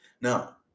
Now